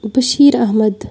Bashir Ahmad